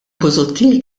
busuttil